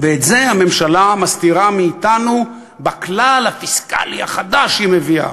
את זה הממשלה מסתירה מאתנו בכלל הפיסקלי החדש שהיא מביאה.